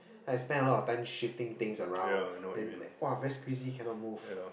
I spent a lot of time shifting things around then like [wah] very squeezy cannot move